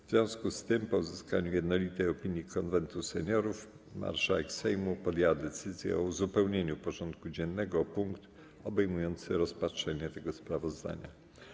W związku z tym, po uzyskaniu jednolitej opinii Konwentów Seniorów, marszałek Sejmu podjęła decyzję o uzupełnieniu porządku dziennego o punkt obejmujący rozpatrzenie tego sprawozdania.